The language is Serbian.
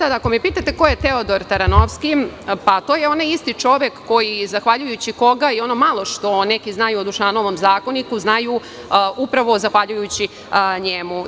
Ako me pitate ko je Teodor Taranovski, to je onaj isti čovek zahvaljujući kome i ono malo što neki znaju o Dušanovom zakoniku, znaju upravo zahvaljujući njemu.